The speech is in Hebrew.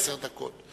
עשר דקות.